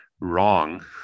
wrong